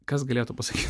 kas galėtų pasakyt